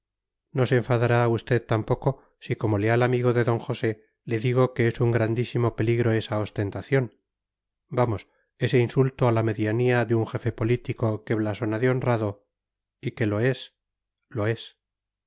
se enfadará usted tampoco si como leal amigo de d josé le digo que es un grandísimo peligro esa ostentación vamos ese insulto a la medianía de un jefe político que blasona de honrado y que lo es lo es